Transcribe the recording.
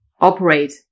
Operate